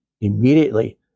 Immediately